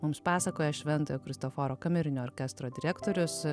mums pasakoja šventojo kristoforo kamerinio orkestro direktorius